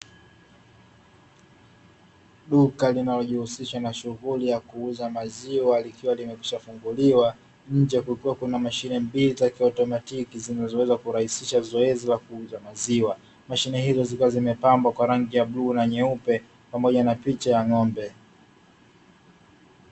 Duka linalojihusisha na shughuli ya kuuza maziwa, likiwa limekwishafunguliwa, nje kukiwa na mshine mbili za kiautomatiki zinazoweza kurahisisha zoezi la kuuza maziwa. Mashine hizo zikiwa zimepambwa na rangi ya bluu na nyeupe pamoja na picha ya ng’ombe.